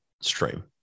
stream